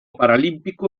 paralímpico